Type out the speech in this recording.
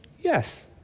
Yes